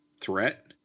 threat